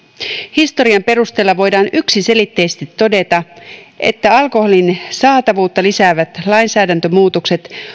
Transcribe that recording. historian perusteella voidaan yksiselitteisesti todeta että alkoholin saatavuutta lisäävät lainsäädäntömuutokset